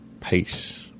peace